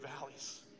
valleys